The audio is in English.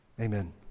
Amen